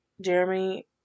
Jeremy